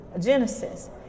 Genesis